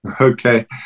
Okay